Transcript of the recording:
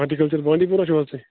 horticulture Bandipora چھِو حظ تُہۍ